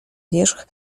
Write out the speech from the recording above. wierzch